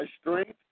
strength